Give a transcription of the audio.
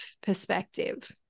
perspective